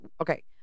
Okay